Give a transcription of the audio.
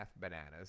bananas